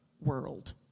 world